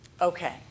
Okay